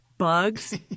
Bugs